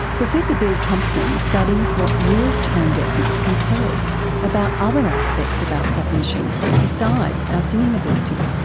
professor bill thompson studies what real tone deafness can tell us about other aspects of our cognition, besides our singing ability.